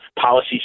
policy